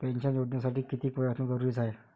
Pension योजनेसाठी कितीक वय असनं जरुरीच हाय?